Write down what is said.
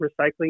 recycling